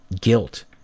guilt